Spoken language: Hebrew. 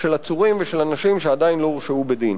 של עצורים ושל אנשים שעדיין לא הורשעו בדין.